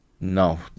No